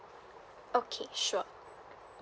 okay sure